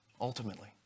ultimately